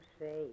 say